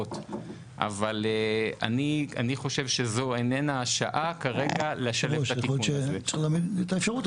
מוצדקות אבל אני חושב שזו איננה השעה כרגע לשלב את התיקון הזה.